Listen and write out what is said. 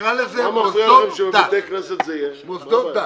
נקרא לזה "מוסדות דת"